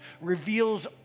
reveals